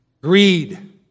greed